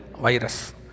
virus